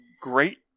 great